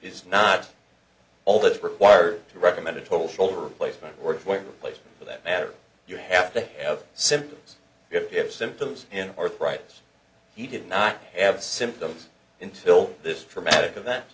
is not all that is required to recommend a total shoulder placement work for a replacement for that matter you have to have symptoms if you have symptoms in arthritis he did not have symptoms until this traumatic event